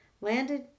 landed